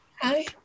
Hi